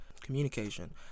Communication